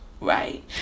right